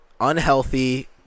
unhealthy